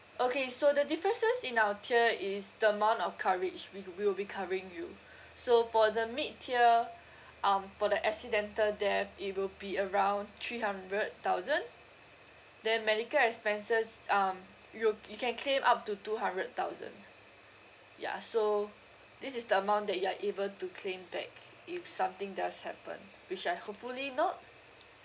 okay so the differences in our tier is the amount of coverage we we will be covering you so for the mid tier um for the accidental death it will be around three hundred thousand then medical expenses um you you can claim up to two hundred thousand yeah so this is the amount that you are able to claim back if something does happen which I hopefully not